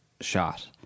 shot